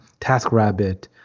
TaskRabbit